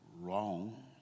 wrong